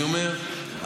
אני אומר,